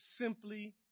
simply